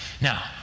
Now